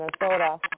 Minnesota